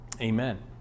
amen